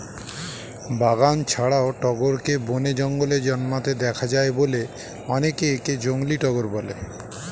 বাগান ছাড়াও টগরকে বনে, জঙ্গলে জন্মাতে দেখা যায় বলে অনেকে একে জংলী টগর বলে